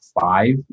five